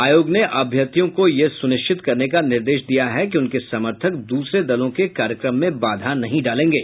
आयोग ने अभ्यर्थियों को यह सुनिश्चित करने का निर्देश दिया है कि उनके समर्थक दूसरे दलों के कार्यक्रम में बाधा नहीं डालेंगे